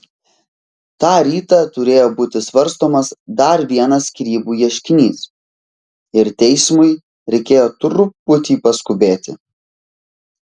tą rytą turėjo būti svarstomas dar vienas skyrybų ieškinys ir teismui reikėjo truputį paskubėti